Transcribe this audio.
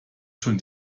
schon